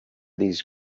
these